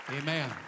Amen